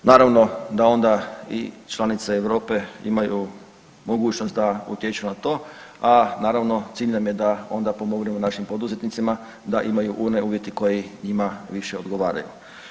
Naravno da onda i članice Europe imaju mogućnost da utječu na to, a naravno, cilj nam je da onda pomognemo našim poduzetnicima da imaju one uvjete koji njima više odgovaraju.